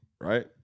right